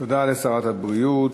תודה לשרת הבריאות,